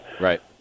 Right